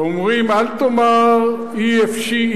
אומרים: אל תאמר אי אפשי,